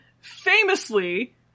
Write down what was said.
famously